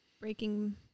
breaking